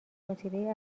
مدیره